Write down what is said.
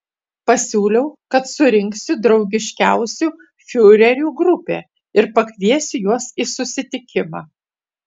pasiūliau kad surinksiu draugiškiausių fiurerių grupę ir pakviesiu juos į susitikimą